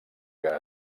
que